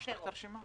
יש לך את הרשימה?